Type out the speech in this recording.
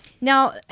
now